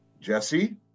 jesse